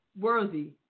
worthy